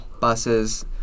buses